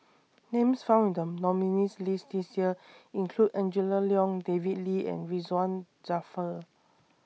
Names found in The nominees' list This Year include Angela Liong David Lee and Ridzwan Dzafir